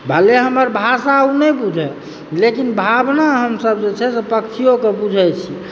भले हमर भाषा ओ नहि बुझए लेकिन भावना हमसब जे छै से पक्षियोके बुझैत छी